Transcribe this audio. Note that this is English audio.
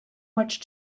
much